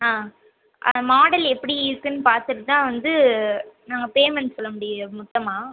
ஆ model எப்படி இருக்குன்னு பார்த்துட்டு தான் வந்து நாங்கள் பேமண்ட் சொல்ல முடியும் மொத்தமாக